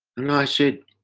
and i said,